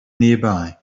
nearby